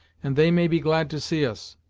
and they may be glad to see us.